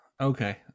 Okay